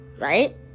Right